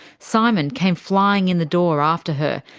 simon came flying in the door after her,